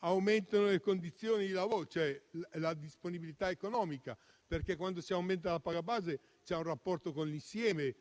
migliorano le condizioni dei lavoratori e la loro disponibilità economica, perché quando si aumenta la paga base c'è un rapporto con l'insieme